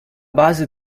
base